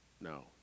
No